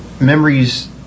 memories